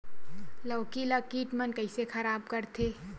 लौकी ला कीट मन कइसे खराब करथे?